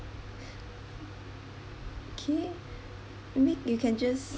okay maybe you can just